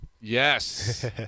yes